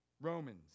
Romans